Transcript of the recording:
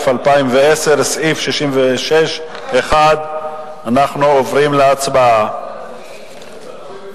שאיננו, דיבר על זה גבוהה-גבוהה,